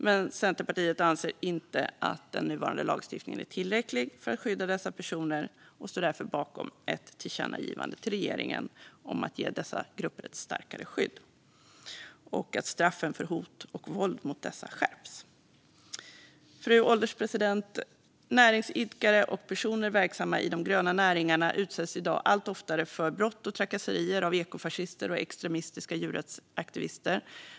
Men Centerpartiet anser inte att den nuvarande lagstiftningen är tillräcklig för att skydda dessa personer och står därför bakom ett förslag till tillkännagivande till regeringen om att ge dessa grupper ett starkare skydd och att straffen för hot och våld mot dem skärps. Fru ålderspresident! Näringsidkare och personer verksamma i de gröna näringarna utsätts i dag allt oftare för brott och trakasserier av ekofascister och extremistiska djurrättsaktivister.